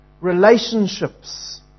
relationships